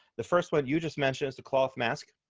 the first one you just mentioned is a cloth mask,